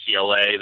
UCLA